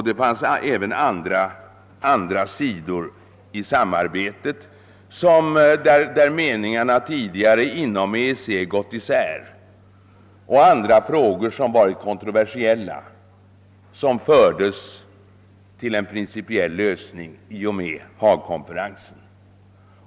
Det fanns även andra sidor av samarbetet, beträffande vilka meningarna tidigare gått isär inom EEC, och andra frågor som varit kontroversiella men som fördes till en principiell lösning i och med Haagkonferensen.